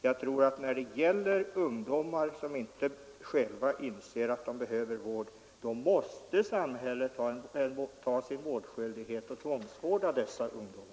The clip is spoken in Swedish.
Jag tror att när det gäller ungdomar som inte själva inser att de behöver vård måste samhället ta sin vårdskyldighet och tvångsvårda dessa ungdomar.